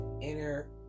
inner